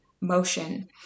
motion